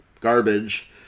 garbage